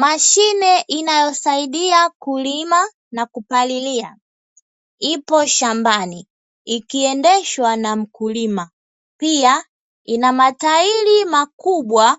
Mashine inayosaidia kulima na kupalilia, ipo shambani ikiendeshwa na mkulima, pia ina matairi makubwa